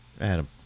Adam